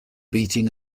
beating